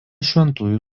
šventųjų